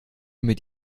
mit